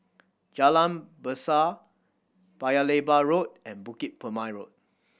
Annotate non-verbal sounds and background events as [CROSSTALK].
Jalan Berseh Paya Lebar Road and Bukit [UNINTELLIGIBLE] Road